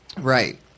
Right